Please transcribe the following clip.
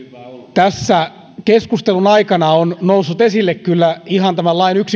tässä keskustelun aikana on noussut esille kyllä ihan tämän lain